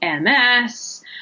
MS